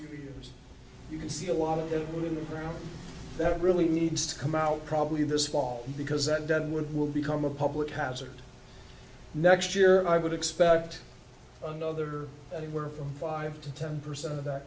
histories you can see a lot of that really needs to come out probably this fall because that dead wood will become a public hazard next year i would expect another anywhere from five to ten percent of that